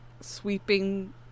sweeping